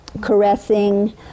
caressing